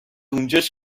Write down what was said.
اونجاش